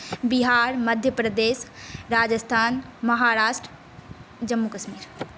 Bihar Madhya Pradesh Rajasthan Maharashtra Jammu Kashmir